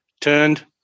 turned